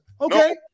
Okay